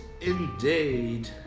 indeed